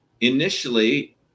initially